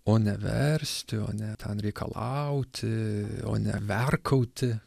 o ne versti o ne ten reikalauti o ne verkauti